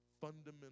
fundamental